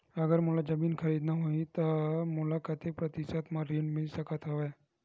अगर मोला जमीन खरीदना होही त मोला कतेक प्रतिशत म ऋण मिल सकत हवय?